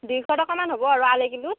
দুইশ টকামান হ'ব আৰু আঢ়ৈ কিলো